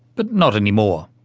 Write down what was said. but not anymore.